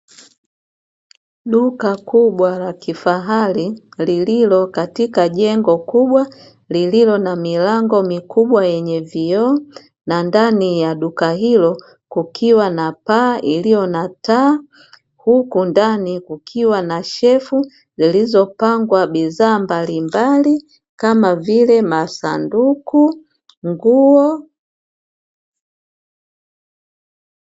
Duka kubwa la kifahari lililo katika jengo kubwa lililo na milango mikubwa yenye vioo, na ndani ya duka hilo kukiwa na paa iliyo na taa. Huku ndani kukiwa na shelfu zilizopangwa bidhaa mbalimbali kama vile masanduku, nguo.